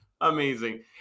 Amazing